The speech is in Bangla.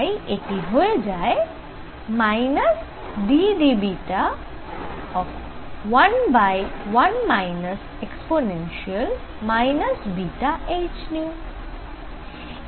তাই এটি হয়ে যায় ddβ11 e βhν